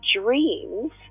dreams